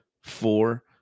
four